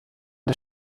der